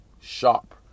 sharp